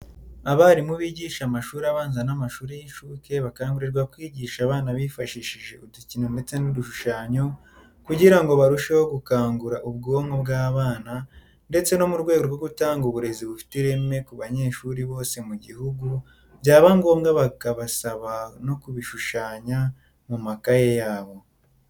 Abarimu bigisha amashuri abanza n'amashuri y'inshuke bakangurirwa kwigisha abana bifashishije udukino ndetse n'udushushanyo kugira ngo barusheho gukangura ubwonko bw'abana ndetse no mu rwego rwo gutanga uburezi bufite ireme ku banyeshuri bose mu gihugu byaba ngomba bakabasaba no kubishushanya mu makayi yabo.